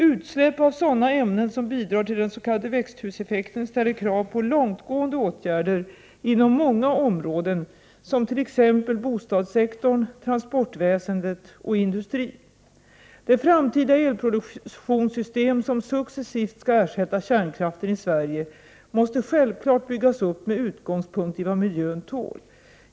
Utsläpp av sådana ämnen som bidrar till den s.k. växthuseffekten ställer krav på långtgående åtgärder inom många områden, som t.ex. bostadssektorn, transportväsendet och industrin. Det framtida elproduktionssystem som successivt skall ersätta kärnkraften i Sverige måste självfallet byggas upp med utgångspunkt i vad miljön tål.